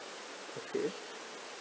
okay